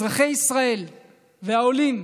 אזרחי ישראל והעולים,